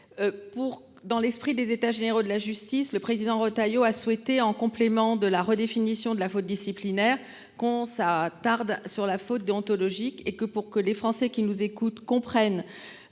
dans l'esprit des états généraux de la justice le président Retailleau a souhaité en complément de la redéfinition de la faute disciplinaire qu'on s'attarde sur la faute déontologique et que pour que les Français qui nous écoutent, comprennent.